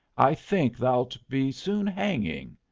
i think thou'lt be soon hanging.